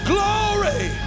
Glory